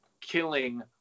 killing